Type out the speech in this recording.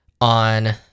on